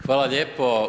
Hvala lijepo.